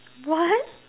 what